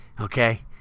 Okay